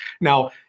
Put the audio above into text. Now